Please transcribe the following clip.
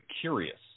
curious